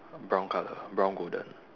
brown colour brown golden